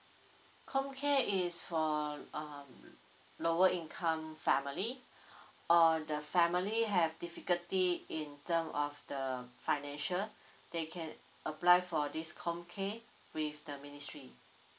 comcare is for um lower income family or the family have difficulty in term of the financial they can apply for this comcare with the ministry